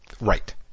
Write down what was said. Right